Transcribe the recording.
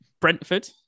Brentford